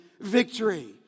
Victory